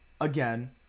Again